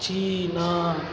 China